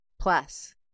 plus